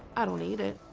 i don't eat it,